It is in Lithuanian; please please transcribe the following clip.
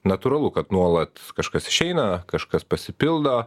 natūralu kad nuolat kažkas išeina kažkas pasipildo